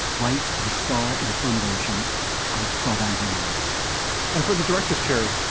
write and star in the film version of twelve angry men and for the director's chair,